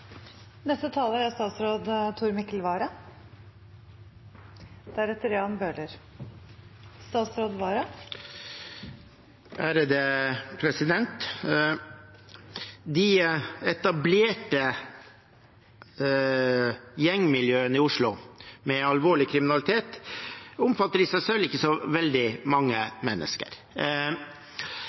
De etablerte gjengmiljøene i Oslo med alvorlig kriminalitet omfatter i seg selv ikke så veldig mange mennesker.